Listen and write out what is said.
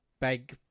big